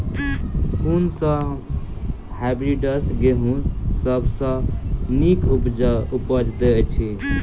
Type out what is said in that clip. कुन सँ हायब्रिडस गेंहूँ सब सँ नीक उपज देय अछि?